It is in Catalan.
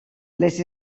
les